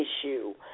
issue